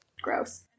Gross